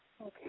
Okay